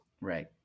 Right